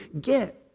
get